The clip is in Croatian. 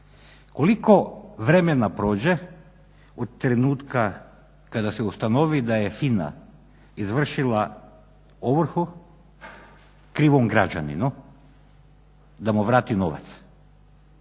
Koliko vremena prođe od trenutka kada se ustanovi da je FINA izvršila ovrhu krivom građaninu da mu vrati novac?